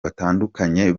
batandukanye